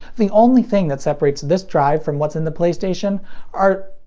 the only thing that separates this drive from what's in the playstation are,